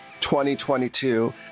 2022